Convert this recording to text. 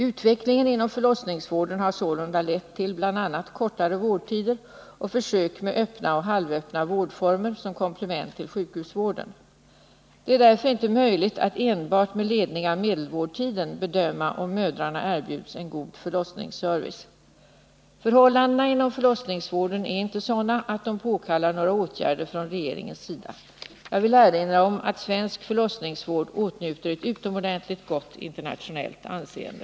Utvecklingen inom förlossningsvården har sålunda lett till bl.a. kortare vårdtider och försök med öppna och halvöppna vårdformer som komplement till sjukhusvården.. Det är därför inte möjligt att enbart med ledning av medelvårdtiden bedöma om mödrarna erbjuds en god förlossningsservice. Förhållandena inom förlossningsvården är inte sådana att de påkallar några åtgärder från regeringens sida. Jag vill erinra om att svensk förlossningsvård internationellt åtnjuter ett utomordentligt gott anseende.